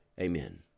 Amen